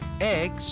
eggs